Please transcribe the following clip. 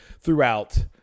throughout